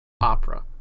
opera